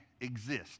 exist